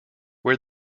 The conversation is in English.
where